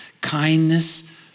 kindness